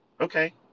okay